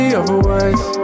otherwise